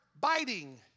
biting